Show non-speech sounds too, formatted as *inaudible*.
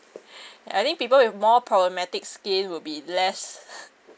*breath* I think people with more problematic skin will be less *laughs*